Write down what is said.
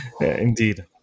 indeed